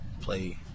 play